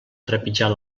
trepitjar